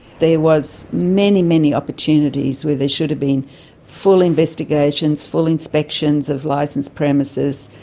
there was many, many opportunities where there should have been full investigations, full inspections of licensed premises.